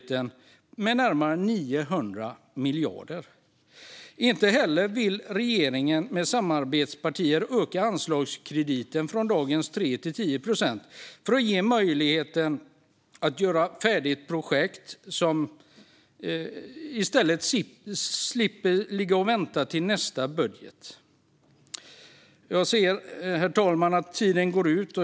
Den är på närmare 900 miljarder. Inte heller vill regeringen och dess samarbetspartier öka anslagskrediten från dagens 3 procent till 10 procent för att ge möjligheten att göra färdigt projekt i stället för att låta dem vänta till nästa budget. Jag ser att min talartid rinner ut, herr talman.